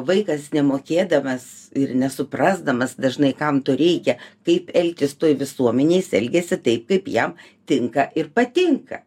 vaikas nemokėdamas ir nesuprasdamas dažnai kam to reikia kaip elgtis toj visuomenėj jis elgiasi taip kaip ją tinka ir patinka